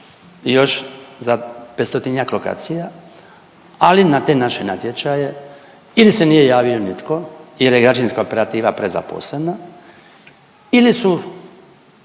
još za 500-njak lokacija, ali na te naše natječaje ili se nije javio nitko jer je građevinska operativa prezaposlena ili su